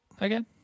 again